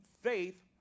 Faith